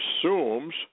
assumes